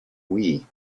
wii